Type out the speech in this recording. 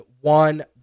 one